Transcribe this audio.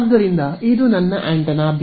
ಆದ್ದರಿಂದ ಇದು ನನ್ನ ಆಂಟೆನಾ ಬಿ